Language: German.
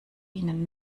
ihnen